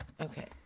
Okay